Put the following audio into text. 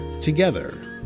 together